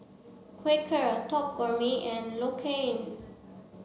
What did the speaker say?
Quaker Top Gourmet and L'Occitane